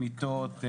מיטות,